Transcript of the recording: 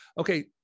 Okay